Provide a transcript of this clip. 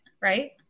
right